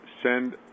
send